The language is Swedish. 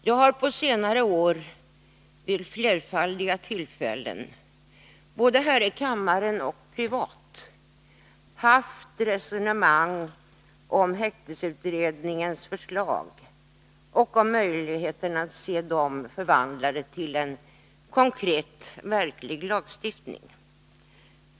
Jag har på senare år vid flerfaldiga tillfällen, både här i kammaren och privat, haft resonemang om häktningsutredningens förslag och om möjligheten att se dem förvandlade till en konkret lagstiftning.